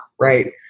right